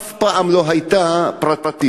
אף פעם היא לא הייתה פרטית.